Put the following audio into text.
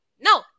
no